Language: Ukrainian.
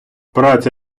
праця